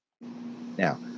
Now